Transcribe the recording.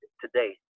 today